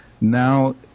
now